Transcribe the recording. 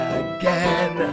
again